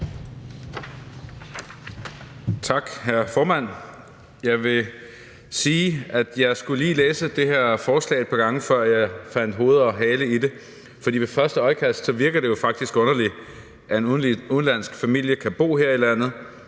Tak, hr. formand. Jeg vil sige, at jeg lige skulle læse det her forslag et par gange, før jeg fandt hoved og hale i det, for ved første øjekast virker det jo faktisk underligt, at en udenlandsk familie kan bo her i landet,